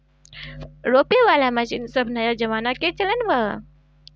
रोपे वाला मशीन सब नया जमाना के चलन बा